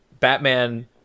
Batman